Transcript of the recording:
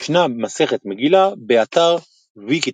משנה מסכת מגילה, באתר ויקיטקסט